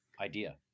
idea